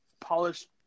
polished